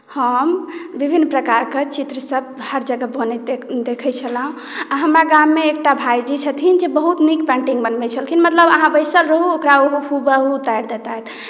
हम विभिन्न प्रकारके चित्रसभ हर जगह बनैत देखैत छलहुँ आ हमरा गाममे एकटा भाइजी छथिन जे बहुत नीक पेंटिंग बनबैत छलखिन मतलब अहाँ बैसल रहू ओकरा ओ हूबहू उतारि देतैथ